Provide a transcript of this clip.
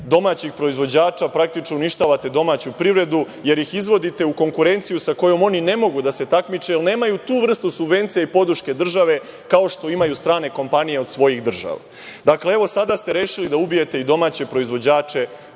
domaćih proizvođača, praktično uništavate domaću privredu, jer ih izvodite u konkurenciju sa kojom oni ne mogu da se takmiče, jer nemaju tu vrstu subvencija i podrške države, kao što imaju strane kompanije od svojih država. Dakle, evo sada ste rešili da ubijete i domaće proizvođače